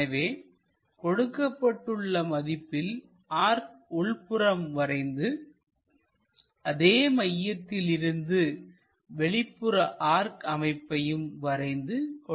எனவே கொடுக்கப்பட்டுள்ள மதிப்பில் ஆர்க் உள்புறம் வரைந்து அதே மையத்திலிருந்து வெளிப்புற ஆர்க் அமைப்பையும் வரைந்து கொள்ள வேண்டும்